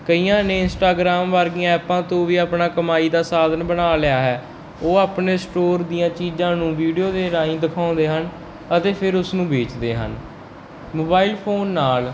ਕਈਆਂ ਨੇ ਇੰਸਟਾਗ੍ਰਾਮ ਵਰਗੀਆਂ ਐਪਾਂ ਤੋਂ ਵੀ ਆਪਣਾ ਕਮਾਈ ਦਾ ਸਾਧਨ ਬਣਾ ਲਿਆ ਹੈ ਉਹ ਆਪਣੇ ਸਟੋਰ ਦੀਆਂ ਚੀਜ਼ਾਂ ਨੂੰ ਵੀਡੀਓ ਦੇ ਰਾਹੀਂ ਦਿਖਾਉਂਦੇ ਹਨ ਅਤੇ ਫਿਰ ਉਸ ਨੂੰ ਵੇਚਦੇ ਹਨ ਮੋਬਾਈਲ ਫੋਨ ਨਾਲ